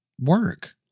work